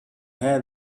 had